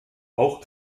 auch